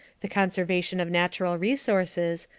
the conservation of natural resources,